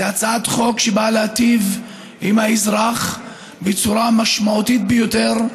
זו הצעת חוק שבאה להיטיב עם האזרח בצורה משמעותית ביותר.